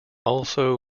also